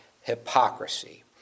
hypocrisy